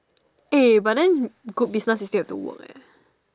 eh but then good business you still have to work eh